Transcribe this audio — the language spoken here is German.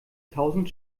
tausend